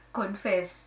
confess